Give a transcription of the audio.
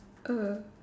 uh